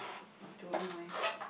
I don't know eh